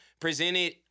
presented